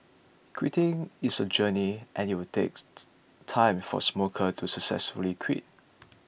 quitting is a journey and it will take time for smokers to successfully quit